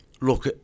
Look